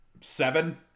seven